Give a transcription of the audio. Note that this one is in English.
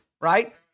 right